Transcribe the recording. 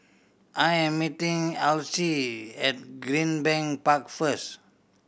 I am meeting Alcie at Greenbank Park first